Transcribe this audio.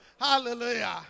Hallelujah